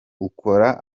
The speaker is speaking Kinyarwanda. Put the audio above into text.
ukora